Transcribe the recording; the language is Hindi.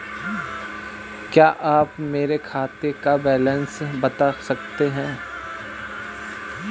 क्या आप मेरे खाते का बैलेंस बता सकते हैं?